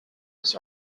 its